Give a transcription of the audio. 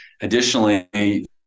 additionally